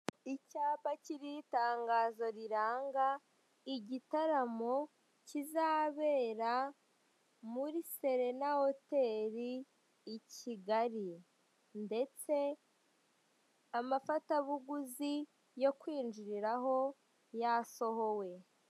Icyapa kiriho itangazo riranga igitaramo kizabera muri serena hoteli i Kigali ndetse amafatabuguzi yo kwinjiriraho yasohowe.